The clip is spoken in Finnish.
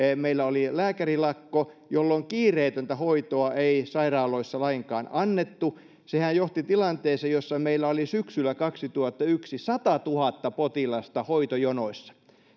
meillä oli lääkärilakko jolloin kiireetöntä hoitoa ei sairaaloissa lainkaan annettu sehän johti tilanteeseen jossa syksyllä kaksituhattayksi meillä oli satatuhatta potilasta hoitojonoissa